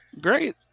Great